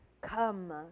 come